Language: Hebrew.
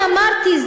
אני אמרתי,